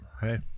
hey